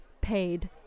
paid